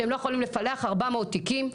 שהם לא יכולים לפלח 400 תיקים.